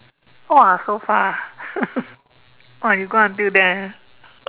!wah! so far !wah! you go until there